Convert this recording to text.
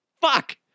Fuck